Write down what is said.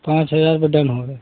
पाँच हज़ार पर डन होगा